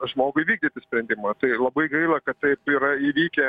žmogų įvykdyti sprendimą tai labai gaila kad taip yra įvykę